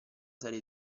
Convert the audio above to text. serie